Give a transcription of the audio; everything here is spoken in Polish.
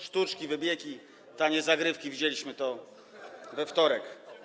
Sztuczki, wybiegi, tanie zagrywki - widzieliśmy to we wtorek.